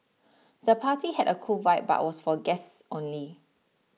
the party had a cool vibe but was for guests only